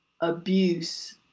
abuse